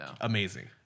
amazing